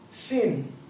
Sin